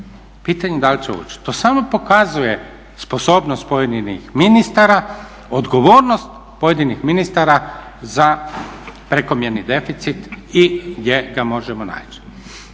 pitanje je da li će ući. To samo pokazuje sposobnost pojedinih ministara, odgovornost pojedinih ministara za prekomjerni deficit i gdje ga možemo naći.